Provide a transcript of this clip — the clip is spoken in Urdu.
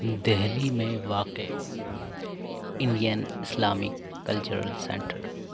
دہلی میں واقع انڈین اسلامک کلچرل سینٹر